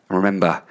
remember